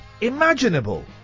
imaginable